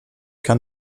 kann